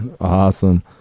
Awesome